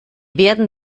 werden